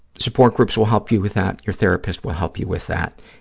support groups will help you with that. your therapist will help you with that.